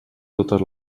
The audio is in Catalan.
totes